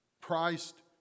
Christ